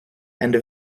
and